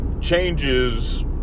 changes